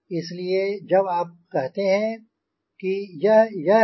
इसलिए जब आप कहते हैं कि यह यह है और यह यह है